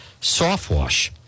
SoftWash